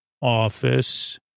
Office